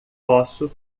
posso